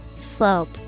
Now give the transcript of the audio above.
Slope